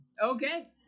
Okay